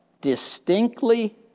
distinctly